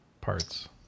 parts